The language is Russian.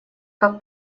как